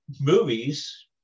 movies